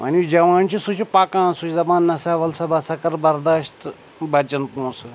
وۄنۍ یُس جَوان چھُ سُہ چھُ پَکان سُہ چھُ دَپان نَہ سا وَلہٕ سا بہٕ ہَسا کَرٕ بَرداشت تہٕ بَچیٚن پونٛسہٕ